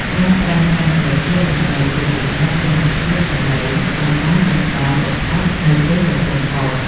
ប្រើប្រាស់កាសត្រចៀកដើម្បីត្រួតពិនិត្យគុណភាពសំឡេងឱ្យបានដិតដល់បំផុតនៅពេលកំពុងថត។